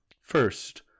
first